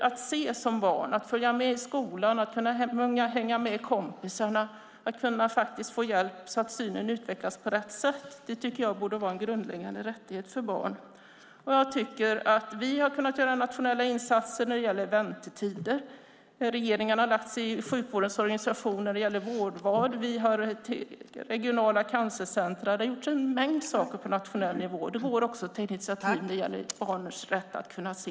Att som barn kunna se och följa med i skolan och att kunna hänga med kompisarna och få hjälp så att synen utvecklas på rätt sätt tycker jag borde vara en grundläggande rättighet för barn. Vi har kunnat göra nationella insatser när det gäller väntetider i vården. Regeringen har lagt sig i sjukvårdens organisation när det gäller vårdval. Vi har regionala cancercentrum. Det har gjorts en mängd saker på nationell nivå, och det går också att ta initiativ när det gäller barns rätt att kunna se.